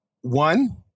one